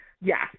Yes